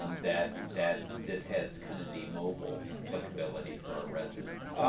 um that that this has kind of the mobile applicability for our residents?